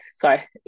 sorry